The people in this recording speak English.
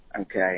Okay